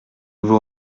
vous